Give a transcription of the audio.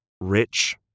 rich